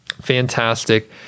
Fantastic